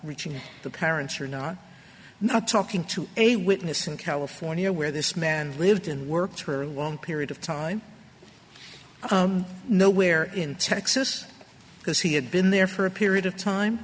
reaching the parents or not not talking to a witness in california where this man lived and worked her a long period of time nowhere in texas because he had been there for a period of time